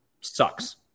sucks